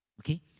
Okay